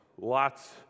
lots